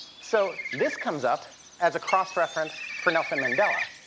so this comes up as a cross-reference for nelson mandela.